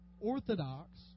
Orthodox